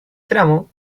tramo